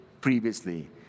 previously